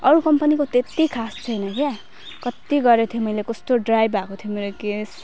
अरू कम्पनीको त्यति खास छैन क्या कति गरेको थियो कस्तो ड्राई भएको थियो मेरो केश